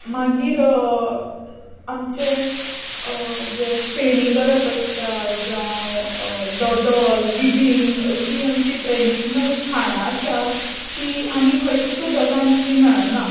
मागीर आमचें जें फेणी करप आसता जावं दोदोल बिबींक अशीं आमचीं ट्रॅडिशनल खाणां आसा तीं आनी खंयच जगान अशीं मेळना